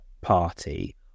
party